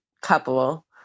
couple